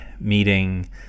meeting